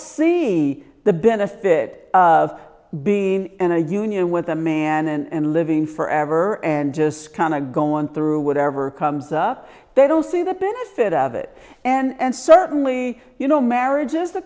see the benefit of being in a union with a man and living forever and just kind of go on through whatever comes up they don't see the benefit of it and certainly you know marriage is a